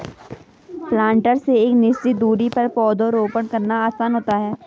planter से एक निश्चित दुरी पर पौधरोपण करना आसान होता है